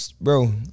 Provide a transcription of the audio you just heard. Bro